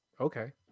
okay